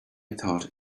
thought